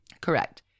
Correct